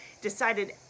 decided